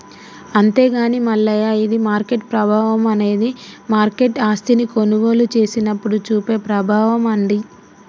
అంతేగాని మల్లయ్య ఇది మార్కెట్ ప్రభావం అనేది మార్కెట్ ఆస్తిని కొనుగోలు చేసినప్పుడు చూపే ప్రభావం అండి